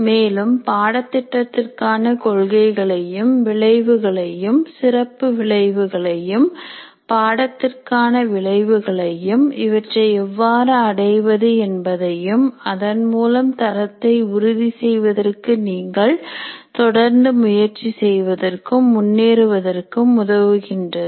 மேலும் பாடத்திட்டத்திற்கான கொள்கைகளையும் விளைவுகளையும் சிறப்பு விளைவுகளையும் பாடத்திற்கான விளைவுகளையும் இவற்றை எவ்வாறு அடைவது என்பதையும் அதன் மூலம் தரத்தை உறுதி செய்வதற்கு நீங்கள் தொடர்ந்து முயற்சி செய்வதற்கும் முன்னேறுவதற்கும் உதவுகின்றது